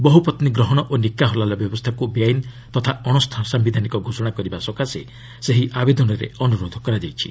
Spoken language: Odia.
ବହୁପତ୍ନୀ ଗ୍ରହଣ ଓ ନିକାହ ହଲାଲା ବ୍ୟବସ୍ଥାକୁ ବେଆଇନ ତଥା ଅଣସାୟିଧାନିକ ଘୋଷଣା କରିବା ସକାଶେ ସେହି ଆବେଦନରେ ଅନୁରୋଧ କରାଯାଇଛି